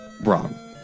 Wrong